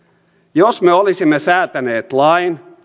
jos me olisimme säätäneet lain